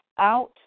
out